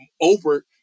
over